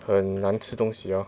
很难吃东西咯